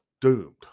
doomed